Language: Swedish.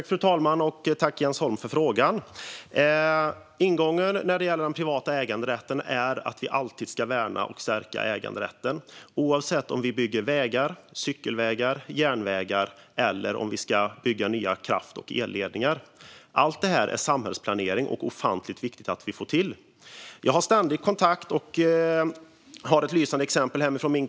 Fru talman! Jag tackar Jens Holm för frågan. Ingången när det gäller den privata äganderätten är att vi alltid ska värna och stärka äganderätten, oavsett om vi bygger vägar, cykelvägar, järnvägar eller nya kraft och elledningar. Allt detta är samhällsplanering och ofantligt viktigt att vi får till. Jag har ständig kontakt med min hemkommun, och jag har ett lysande exempel därifrån.